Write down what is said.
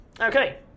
Okay